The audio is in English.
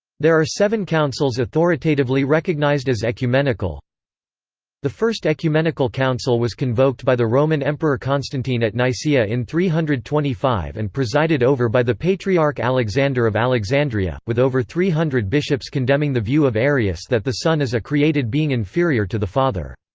there are seven councils authoritatively recognised as ecumenical the first ecumenical council was convoked by the roman emperor constantine at nicaea in three hundred and twenty five and presided over by the patriarch alexander of alexandria, with over three hundred bishops condemning the view of arius that the son is a created being inferior to the father.